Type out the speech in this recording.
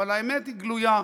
אבל האמת היא גלויה.